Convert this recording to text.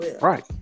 right